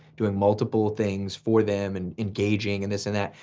doing multiple things for them, and engaging and this and that.